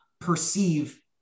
perceive